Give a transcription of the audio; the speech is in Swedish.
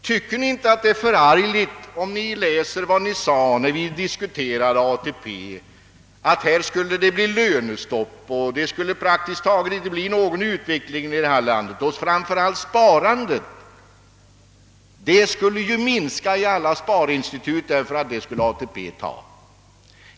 Tycker ni inte att det är förargligt om ni nu läser vad ni sade när vi diskuterade ATP, nämligen att det skulle bli lönestopp, att det praktiskt taget inte skulle bli någon utveckling i det här landet och framför allt att sparandet i sparinstituten skulle minska eftersom ATP skulle överta detta?